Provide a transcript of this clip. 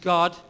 God